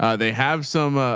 ah they have some,